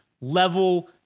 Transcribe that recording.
level